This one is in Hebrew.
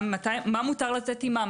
מה מותר לתת עם מה?